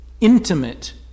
Intimate